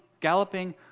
galloping